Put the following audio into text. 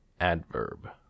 adverb